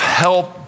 help